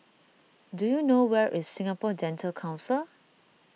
do you know where is Singapore Dental Council